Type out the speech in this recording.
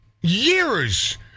years